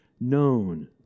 known